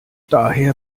daher